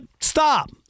Stop